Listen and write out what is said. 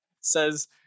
says